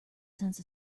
sense